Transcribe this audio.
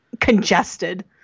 congested